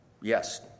Yes